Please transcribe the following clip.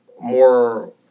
more